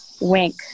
Wink